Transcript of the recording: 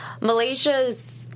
Malaysia's